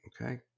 Okay